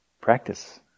practice